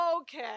Okay